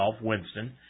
Winston